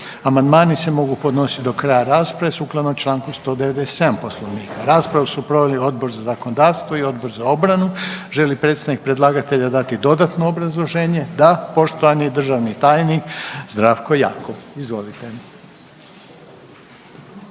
Amandmani se mogu podnijeti do kraja rasprave sukladno čl. 197 Poslovnika. Raspravu su proveli Odbor za zakonodavstvo i Odbor za obranu. Želi li predstavnika predlagatelja dati dodatno obrazloženje? Poštovani državni tajnik Zdravko Jakop, izvolite.